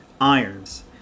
irons